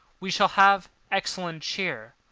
we shall have excellent cheer,